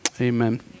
amen